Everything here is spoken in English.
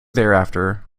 thereafter